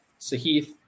Sahith